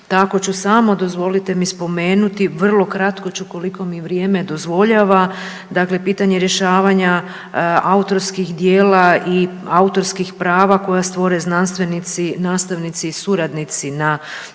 tako ću samo dozvolite mi spomenuti, vrlo ću kratko ću, koliko mi vrijeme dozvoljava, dakle pitanje rješavanja autorskih djela i autorskih prava koja stvore znanstvenici, nastavnici i suradnici na